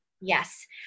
Yes